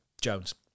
Jones